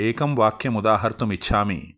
एकं वाक्यम् उदाहर्तुम् इच्छामि